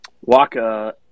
Waka